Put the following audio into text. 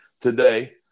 today